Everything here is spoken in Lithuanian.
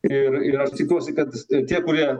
ir ir aš tikiuosi kad ir tie kurie